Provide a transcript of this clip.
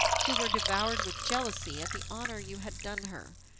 who were devoured with jealousy at the honour you had done her,